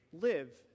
live